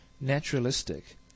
naturalistic